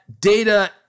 data